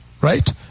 Right